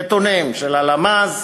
נתונים של הלמ"ס,